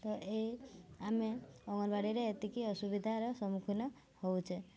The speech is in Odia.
ତ ଏଇ ଆମେ ଅଙ୍ଗନବାଡ଼ିରେ ଏତିକି ଅସୁବିଧାର ସମ୍ମୁଖୀନ ହେଉଛେ